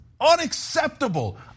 unacceptable